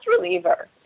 reliever